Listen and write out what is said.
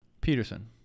Peterson